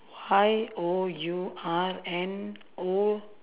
Y O U R N O